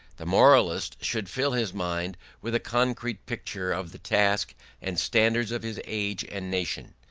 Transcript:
the moralist should fill his mind with a concrete picture of the task and standards of his age and nation,